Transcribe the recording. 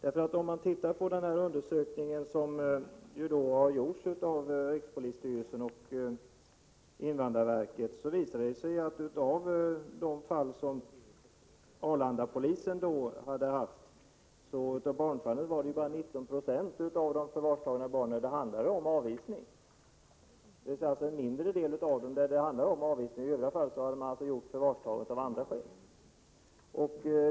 Ser man på den undersökning som har gjorts av rikspolisstyrelsen och invandrarverket visar det sig att av de fall som Arlandapolisen har haft där barn varit inblandade gällde bara 19 26 avvisning, alltså en mindre del. I övriga fall har det varit andra skäl.